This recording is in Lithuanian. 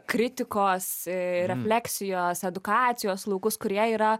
kritikos refleksijos edukacijos laukus kurie yra